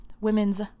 women's